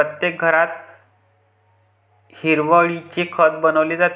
प्रत्येक घरात हिरवळीचे खत बनवले जाते